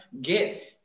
get